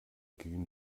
ging